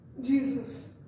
Jesus